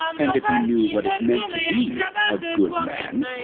and if he knew what it meant to be a good man,